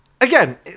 Again